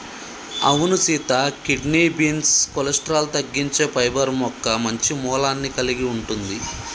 అవును Sita kidney beans cholesterol తగ్గించే fibre మొక్క మంచి మూలాన్ని కలిగి ఉంటుంది